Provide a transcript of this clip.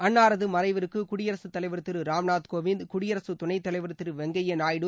அன்னாரது மறைவிற்கு குடியரசுத்தலைவர் திரு ராம்நாத் கோவிந்த் குடியரசு துணைத் தலைவர் திரு வெங்கைய நாயுடு